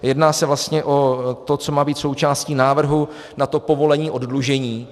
Jedná se vlastně o to, co má být součástí návrhu na povolení oddlužení.